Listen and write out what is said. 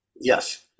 Yes